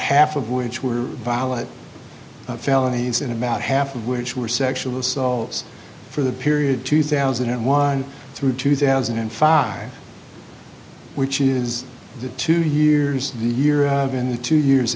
half of which were violent felonies and about half of which were sexual assaults for the period two thousand and one through two thousand and five which is two years the year in the two years